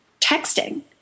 texting